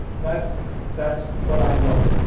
that's that's what i learned.